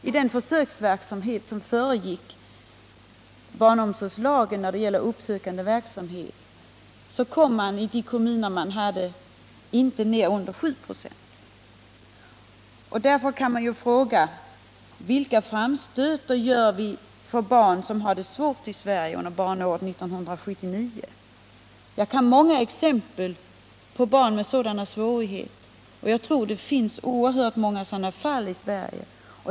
I den försöksverksamhet som föregick barnomsorgslagen rörande uppsökande verksamhet låg den siffran i de berörda kommunerna inte under 7 96. Därför kan vi fråga oss: Vilka framstötar gör vi under barnåret 1979 för barn som har det svårt i Sverige? Jag kan ge många exempel på barn med svårigheter, och jag tror att det finns oerhört många sådana fall i Sverige.